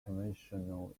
conventional